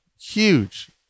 huge